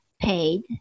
paid